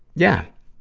yeah.